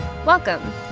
Welcome